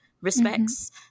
respects